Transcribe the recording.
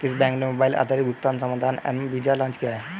किस बैंक ने मोबाइल आधारित भुगतान समाधान एम वीज़ा लॉन्च किया है?